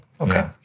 okay